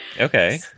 Okay